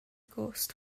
gost